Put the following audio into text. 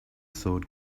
sword